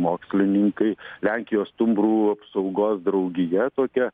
mokslininkai lenkijos stumbrų apsaugos draugija tokia